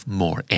more